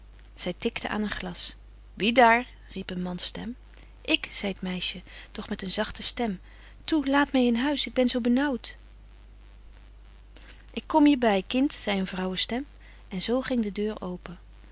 zy tikte aan een glas wie daar riep een mans stem ik zei t meisje doch met een zagte stem toe laat my in huis ik ben zo benaauwt ik kom je by kind zei een vrouwe stem en zo ging de deur open